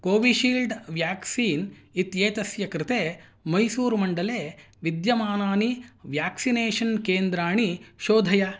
Covishield vaccine इत्येतस्य कृते मैसूर् मण्डले विद्यमानानि व्याक्सिनेषन् केन्द्राणि शोधय